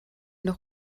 noch